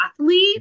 athlete